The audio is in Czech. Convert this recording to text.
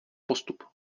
postup